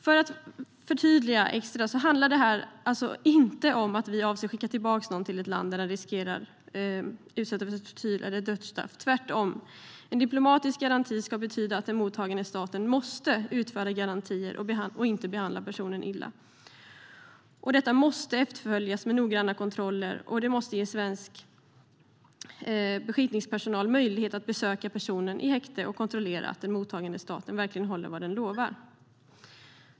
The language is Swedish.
För att förtydliga handlar detta alltså inte om att vi avser att skicka tillbaka någon till ett land där personen riskerar att utsättas för tortyr eller dödsstraff, tvärtom. En diplomatisk garanti ska betyda att den mottagande staten måste utfärda garantier om att inte behandla personen illa. Detta måste efterföljas med noggranna kontroller och ge svensk beskickningspersonal möjlighet att besöka personen i häkte och kontrollera att den mottagande staten verkligen håller vad den lovar.